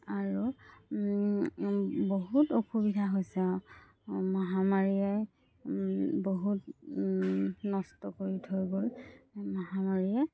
আৰু বহুত অসুবিধা হৈছে আৰু মহামাৰীয়ে বহুত নষ্ট কৰি থৈ গ'ল মহামাৰীয়ে